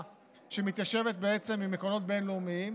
שמתיישבת בעצם עם עקרונות בין-לאומיים